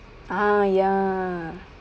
ah ya